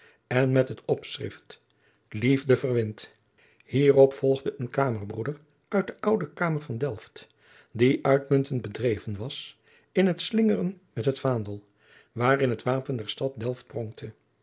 en met het opschrift liefde verwint hier op volgde een kamerbroeder uit de oude kamer van delft die uitmuntend bedreven was in het slingeren met het vaandel waarin het wapen der stad